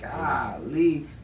golly